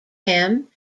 him